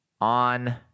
on